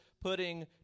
putting